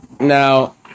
Now